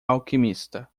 alquimista